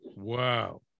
Wow